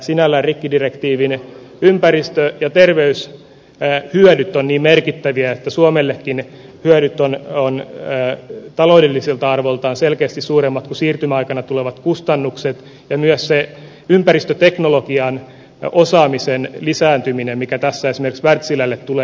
sinällään rikkidirektiivin ympäristö ja terveyshyödyt ovat niin merkittäviä että suomellekin hyödyt ovat taloudelliselta arvoltaan selkeästi suuremmat kuin siirtymäaikana tulevat kustannukset ja myös se ympäristöteknologian osaamisen lisääntyminen mikä tässä esimerkiksi wärtsilälle tulee